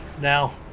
Now